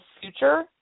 future